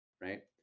right